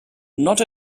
not